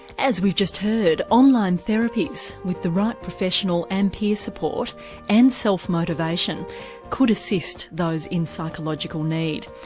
as we've just heard, online therapies with the right professional and peer support and self motivation could assist those in psychological need.